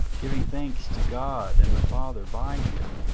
giving thanks to god and the father by him.